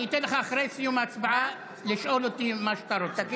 אני אתן לך אחרי סיום ההצבעה לשאול אותי מה שאתה רוצה.